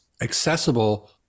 accessible